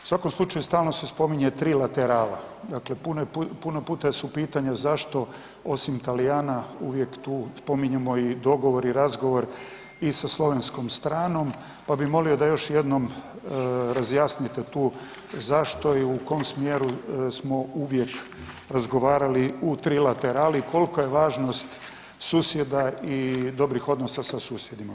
U svakom slučaju stalno se spominje trilaterala, dakle puno puta su pitanja zašto osim Talijana uvijek tu spominjemo dogovor i razgovor i sa slovenskom stranom, pa bi molio da još jednom razjasnite tu zašto i u kom smjeru smo uvijek razgovarali u trilaterali, kolika je važnost susjeda i dobrih odnosa sa susjedima?